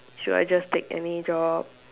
should I just take any job